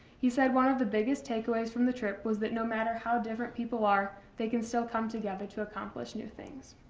he said one of the biggest take aways from the trip was that no matter how different people are, they can still come together to accomplish new things.